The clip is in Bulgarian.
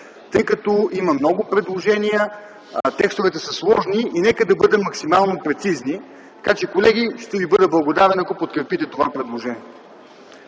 тъй като има много предложения, текстовете са сложни и нека да бъдем максимално прецизни, така че, колеги, ще ви бъда благодарен, ако подкрепите това предложение.